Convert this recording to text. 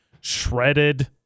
shredded